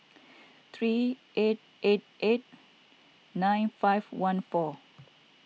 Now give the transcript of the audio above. three eight eight eight nine five one four